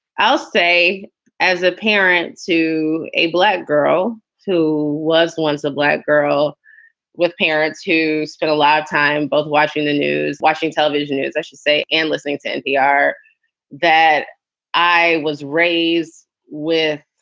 i'll say as a parent to a black girl who was once a black girl with parents who spend a lot of time both watching the news, watching television news, i should say, and listening to npr that i was raised with.